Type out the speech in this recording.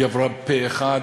היא עברה פה אחד,